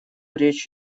речь